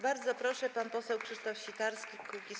Bardzo proszę, pan poseł Krzysztof Sitarski, Kukiz’15.